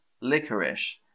licorice